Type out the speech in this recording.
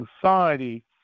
society